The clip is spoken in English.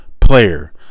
Player